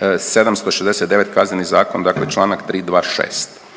769 Kazneni zakon, dakle članak 326.